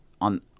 on